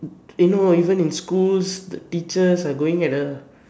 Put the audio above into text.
you no even in schools the teachers are going at a